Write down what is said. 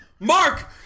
Mark